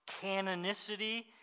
canonicity